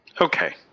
Okay